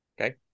Okay